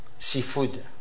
seafood